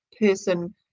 person